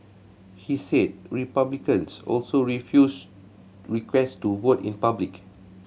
he said Republicans also refused request to vote in public